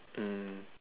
um